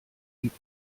gibt